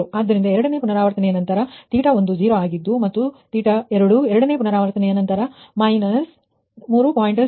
ಆದ್ದರಿಂದ ಎರಡನೇ ಪುನರಾವರ್ತನೆಯ ನಂತರ θ1 0 ಆಗಿದ್ದು ಮತ್ತು θ2 ಎರಡನೇ ಪುನರಾವರ್ತನೆಯ ನಂತರ −3